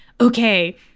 okay